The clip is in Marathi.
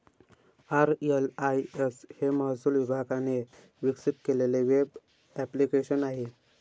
आर.एल.आय.एस हे महसूल विभागाने विकसित केलेले वेब ॲप्लिकेशन आहे